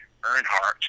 Earnhardt